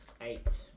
Eight